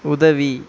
உதவி